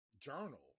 journal